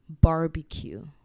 barbecue